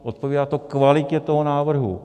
Odpovídá to kvalitě toho návrhu.